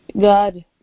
God